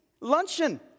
Luncheon